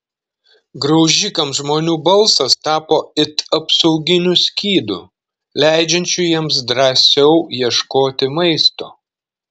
graužikams žmonių balsas tapo it apsauginiu skydu leidžiančiu jiems drąsiau ieškoti maisto